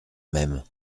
même